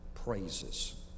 praises